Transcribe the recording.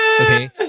Okay